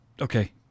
okay